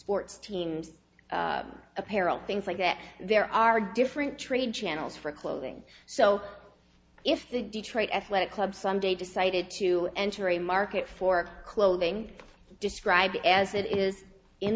sports teams apparel things like that there are different trade channels for clothing so if the detroit athletic club someday decided to enter a market for clothing described as it is in